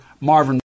Marvin